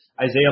Isaiah